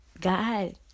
God